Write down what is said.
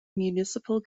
municipal